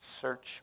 Search